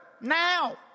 now